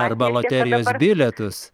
arba loterijos bilietus